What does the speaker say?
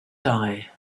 die